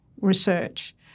research